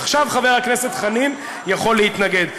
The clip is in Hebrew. עכשיו חבר הכנסת חנין יכול להתנגד.